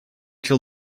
till